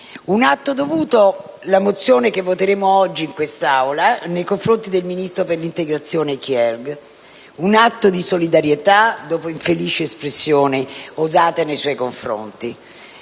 un atto dovuto la mozione che voteremo oggi in quest'Aula nei confronti del ministro per l'integrazione Kyenge. È un atto di solidarietà, dopo le infelici espressioni usate nei suoi confronti,